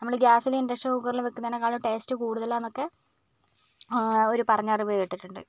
നമ്മൾ ഗൃാസില് ഇന്ഡക്ഷന് കുക്കറില് വയ്ക്കുന്നതിനേക്കാളും ടേസ്റ്റ് കൂടുതലാണെന്നൊക്കെ ഒരു പറഞ്ഞറിവ് കേട്ടിട്ടുണ്ട്